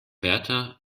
wärter